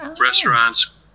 restaurants